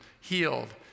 healed